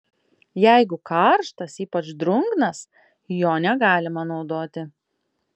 jeigu karštas ypač drungnas jo negalima naudoti